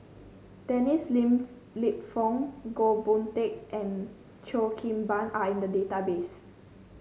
Dennis Lip Fong Goh Boon Teck and Cheo Kim Ban are in the database